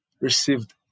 received